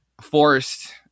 forced